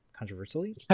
Controversially